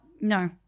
No